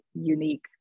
unique